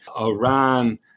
Iran